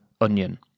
Onion